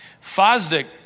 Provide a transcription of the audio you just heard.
Fosdick